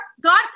God